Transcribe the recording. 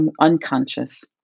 unconscious